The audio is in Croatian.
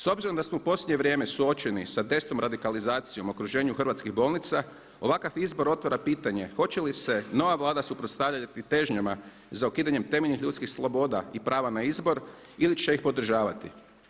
S obzirom da smo u posljednje vrijeme suočeni sa … radikalizacijom u okruženju hrvatskih bolnica ovakav izbor otvara pitanje hoće li se nova Vlada suprotstavljati težnjama za ukidanjem temeljnih ljudskih sloboda i prava na izbor ili će ih podržavati.